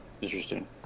Interesting